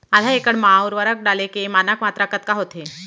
आधा एकड़ जमीन मा उर्वरक डाले के मानक मात्रा कतका होथे?